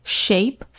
shape